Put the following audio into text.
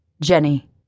Jenny